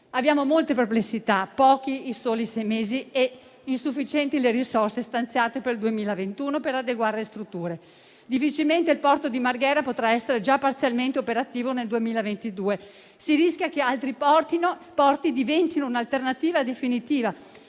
Abbiamo molte perplessità. Pochi i soli sei mesi e insufficienti le risorse stanziate per il 2021 per adeguare le strutture. Difficilmente il porto di Marghera potrà essere già parzialmente operativo nel 2022. Si rischia che altri porti diventino un'alternativa definitiva,